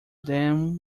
them